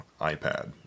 iPad